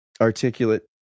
articulate